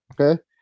Okay